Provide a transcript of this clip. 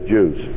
Jews